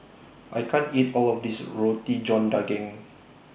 I can't eat All of This Roti John Daging